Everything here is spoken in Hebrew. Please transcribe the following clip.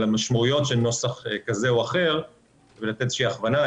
המשמעויות של נוסח כזה או אחר ולתת איזושהי הכוונה.